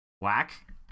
whack